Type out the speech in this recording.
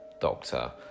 doctor